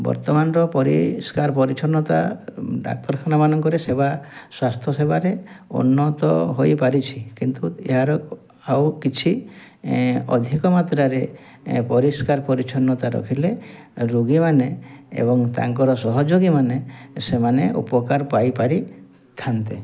ବର୍ତ୍ତମାନର ପରିଷ୍କାର ପରିଛନ୍ନତା ଡାକ୍ତରଖାନା ମାନଙ୍କରେ ସେବା ସ୍ୱାସ୍ଥ୍ୟ ସେବାରେ ଉନ୍ନତ ହୋଇପାରିଛି କିନ୍ତୁ ଏହାର ଆଉ କିଛି ଅଧିକ ମାତ୍ରାରେ ପରିଷ୍କାର ପରିଚ୍ଛନ୍ନତା ରଖିଲେ ରୋଗୀମାନେ ଏବଂ ତାଙ୍କର ସହଯୋଗୀ ମାନେ ସେମାନେ ଉପକାର ପାଇପାରିଥାନ୍ତେ